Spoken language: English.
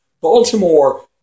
Baltimore